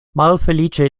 malfeliĉe